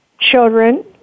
children